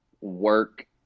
work